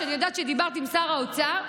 שאני יודעת שדיברת עם שר האוצר.